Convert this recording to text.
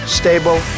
stable